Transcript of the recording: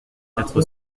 quatre